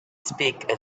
speak